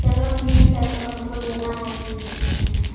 चलो ठीक है तो हमको लेना है दूध हम आएँगे